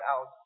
out